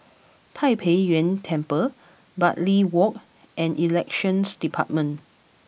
Tai Pei Yuen Temple Bartley Walk and Elections Department